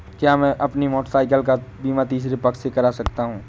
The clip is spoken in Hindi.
क्या मैं अपनी मोटरसाइकिल का बीमा तीसरे पक्ष से करा सकता हूँ?